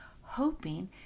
hoping